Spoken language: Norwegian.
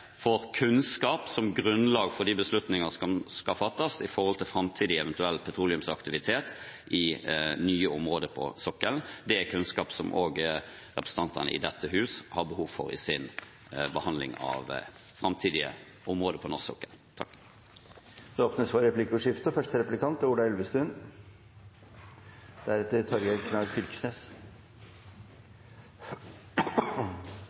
kunnskap som grunnlag for de beslutninger som skal fattes når det gjelder framtidig eventuell petroleumsaktivitet i nye områder på sokkelen. Det er kunnskap som også representantene i dette huset har behov for i sin behandling av framtidige områder på norsk sokkel. Det blir replikkordskifte. Statsråden legger vekt på at man kan ha både petroleumsaktivitet og